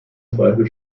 zweifel